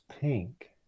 pink